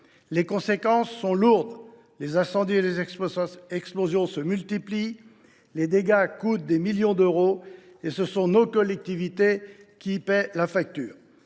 Les conséquences sont lourdes. Les incendies et les explosions se multiplient. Les dégâts coûtent des millions d’euros, et ce sont nos collectivités qui paient la facture.